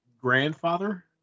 grandfather